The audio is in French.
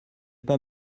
pas